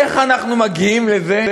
איך אנחנו מגיעים לזה?